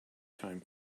time